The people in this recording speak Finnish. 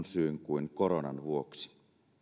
syyn kuin koronan vuoksi